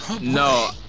No